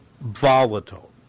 volatile